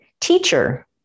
teacher